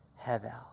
Hevel